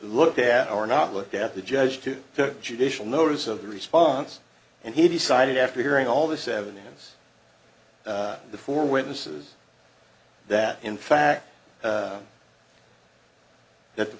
looked at or not looked at the judge to the judicial notice of the response and he decided after hearing all this evidence before witnesses that in fact that the